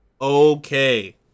okay